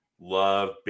love